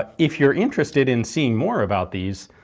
ah if you're interested in seeing more about these,